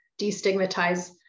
destigmatize